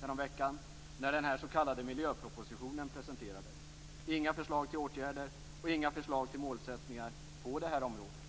häromveckan när den här s.k. miljöpropositionen presenterades. Det fanns inga förslag till åtgärder och inga förslag till målsättningar på det här området.